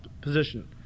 position